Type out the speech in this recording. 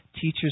teachers